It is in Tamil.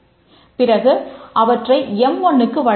பிறகு அவற்றை எம்1 க்கு வழங்குகின்றன